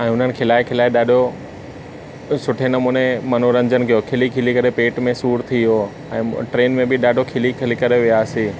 ऐं हुननि खिलाए खिलाए ॾाढो सुठे नमूने मनोरंजन कयो खिली खिली करे पेट में सूरु थी वियो ऐं ट्रेन में बि ॾाढो खिली खिली करे वियासीं